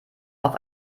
auf